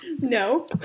No